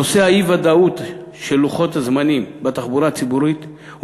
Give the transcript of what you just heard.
נושא האי-ודאות בלוחות הזמנים של התחבורה הציבורית הוא